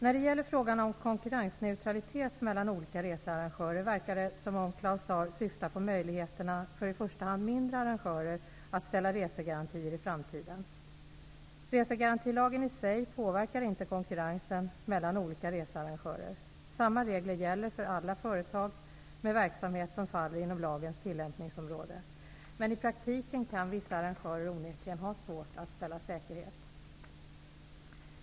När det gäller frågan om konkurrensneutralitet mellan olika researrangörer, verkar det som om Claus Zaar syftar på möjligheterna för i första hand mindre arrangörer att ställa resegarantier i framtiden. Resegarantilagen i sig påverkar inte konkurrensen mellan olika researrangörer. Samma regler gäller för alla företag med verksamhet som faller inom lagens tillämpningsområde. Men i praktiken kan vissa arrangörer onekligen ha svårt att ställa säkerhet.